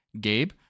Gabe